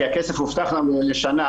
כי הכסף הובטח לנו לשנה,